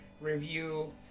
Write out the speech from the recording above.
review